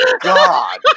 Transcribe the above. God